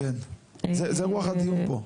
זאת רוח הדיון פה.